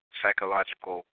psychological